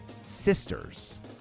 Sisters